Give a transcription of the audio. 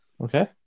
Okay